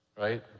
Right